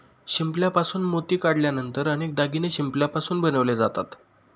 शिंपल्यापासून मोती काढल्यानंतर अनेक दागिने शिंपल्यापासून बनवले जातात